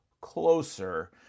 closer